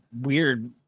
weird